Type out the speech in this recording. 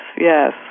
yes